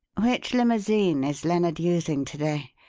which limousine is lennard using to-day?